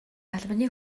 албаны